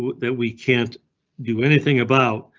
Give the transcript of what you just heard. that we can't do anything about.